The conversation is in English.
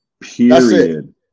Period